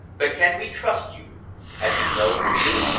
but can we trust you have you no fear?